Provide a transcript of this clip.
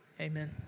amen